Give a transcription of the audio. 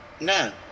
No